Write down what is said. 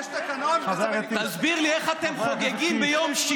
יש תקנון, תראה, תסביר לי איך אתם חוגגים בשישי,